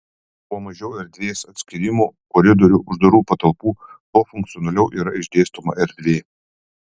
kuo mažiau erdvės atskyrimų koridorių uždarų patalpų tuo funkcionaliau yra išdėstoma erdvė